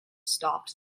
stopped